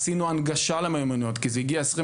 עשינו הנגשה למיומנויות כי זה הגיע ב-27